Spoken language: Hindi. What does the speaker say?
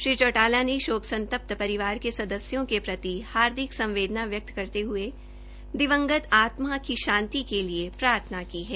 श्री चौटाला ने शोक संतप्त परिवार के सदस्यों के प्रति हार्दिक संवेदना व्यक्त करते हुए दिवंगत आत्मा की शांति के लिए प्रार्थना की है